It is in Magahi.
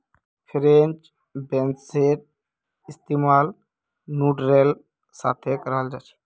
फ्रेंच बेंसेर इस्तेमाल नूडलेर साथे कराल जाहा